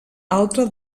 altra